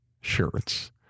shirts